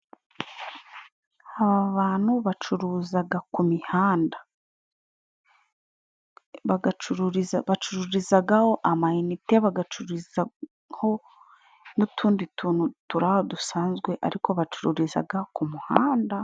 Aba bantu bacuruza ku mihanda. Bacururizaga ho amanite, bagacururiza ho n'utundi tuntu turi aho dusanzwe, ariko bagacururizaga ku muhanda.